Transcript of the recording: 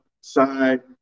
side